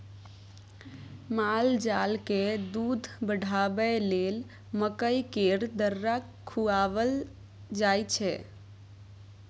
मालजालकेँ दूध बढ़ाबय लेल मकइ केर दर्रा खुआएल जाय छै